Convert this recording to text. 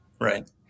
Right